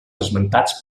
esmentats